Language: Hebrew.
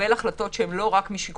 לקבל החלטות שאינן רק משיקולים